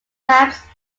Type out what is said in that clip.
maps